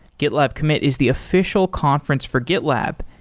gitlab commit is the official conference for gitlab.